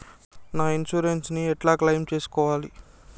నా ఇన్సూరెన్స్ ని ఎట్ల క్లెయిమ్ చేస్కోవాలి?